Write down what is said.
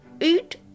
eat